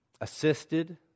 assisted